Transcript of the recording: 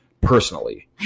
Personally